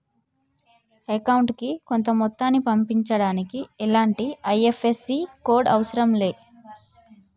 అకౌంటుకి కొంత మొత్తాన్ని పంపించడానికి ఎలాంటి ఐ.ఎఫ్.ఎస్.సి కోడ్ లు అవసరం లే